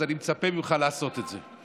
אז אני מצפה ממך לעשות את זה.